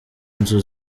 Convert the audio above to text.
inzu